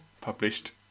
published